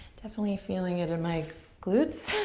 definitely feeling it in my glutes.